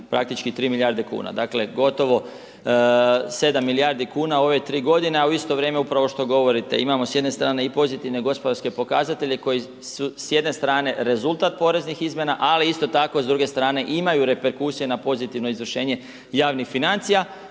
praktički 3 milijarde kuna. Dakle, gotovo 7 milijardi kuna u ove 3 godine, a u isto vrijeme, upravo što govorite, imamo s jedne strane i pozitivne gospodarske pokazatelje koji su s jedne strane rezultat poreznih izmjena, ali isto tako, s druge strane imaju reperkusiju na pozitivno izvršenje javnih financija.